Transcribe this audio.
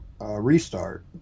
restart